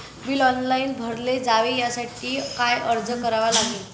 Bill online भरले जावे यासाठी काय अर्ज करावा लागेल?